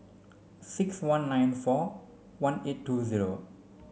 six one nine four one eight two zero